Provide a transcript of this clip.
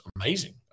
amazing